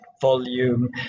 volume